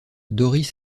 doris